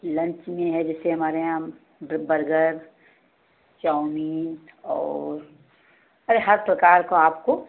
lunch में है जैसे हमारे यहाँ बर्गर चाउमीन और अरे हर प्रकार का आपको